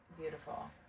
beautiful